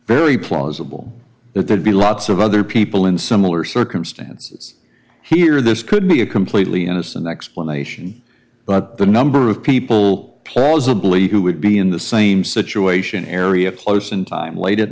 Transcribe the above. very plausible that there'd be lots of other people in similar circumstances here this could be a completely innocent explanation but the number of people plausibly who would be in the same situation area close in time late at